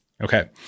okay